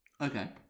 Okay